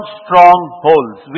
strongholds